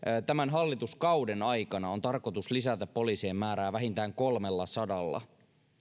tämän hallituskauden aikana on tarkoitus lisätä poliisien määrää vähintään kolmellasadalla